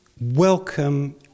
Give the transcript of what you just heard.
welcome